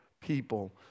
people